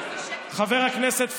חבר הכנסת פורר.